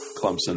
Clemson